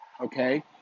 Okay